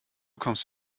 kommst